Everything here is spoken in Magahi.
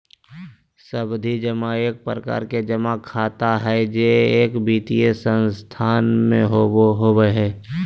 सावधि जमा एक प्रकार के जमा खाता हय जे एक वित्तीय संस्थान में होबय हय